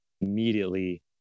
immediately